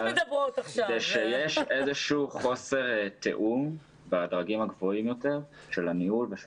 כשיש איזשהו חוסר תיאום בדרגים הגבוהים יותר של הניהול ושל